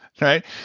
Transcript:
right